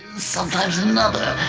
sometimes another.